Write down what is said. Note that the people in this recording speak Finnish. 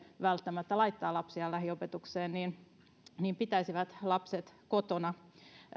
välttämättä laittaa lapsiaan lähiopetukseen pitäisivät lapset kotona